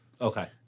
Okay